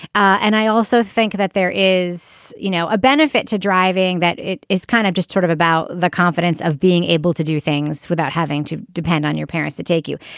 and i also think that there is you know a benefit to driving that it is kind of just sort of about the confidence of being able to do things without having to depend on your parents to take you.